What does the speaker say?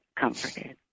Comforted